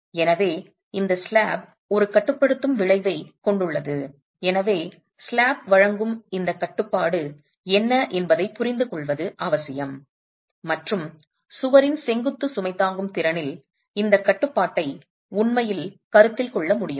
எனவே இந்த ஸ்லாப் ஒரு கட்டுப்படுத்தும் விளைவைக் கொண்டுள்ளது எனவே ஸ்லாப் வழங்கும் இந்த கட்டுப்பாடு என்ன என்பதைப் புரிந்துகொள்வது அவசியம் மற்றும் சுவரின் செங்குத்து சுமை தாங்கும் திறனில் இந்த கட்டுப்பாட்டை உண்மையில் கருத்தில் கொள்ள முடியுமா